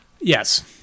Yes